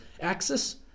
axis